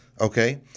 Okay